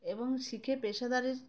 এবং শিখে পেশাদারি